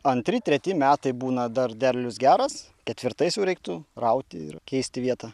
antri treti metai būna dar derlius geras ketvirtais jau reiktų rauti ir keisti vietą